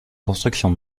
construction